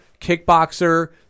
kickboxer